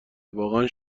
واقعا